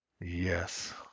Yes